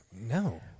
No